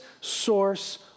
source